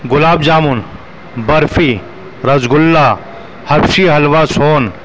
گلاب jamun barfi rasgulla habshi halwa سوہن